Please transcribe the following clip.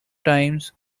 times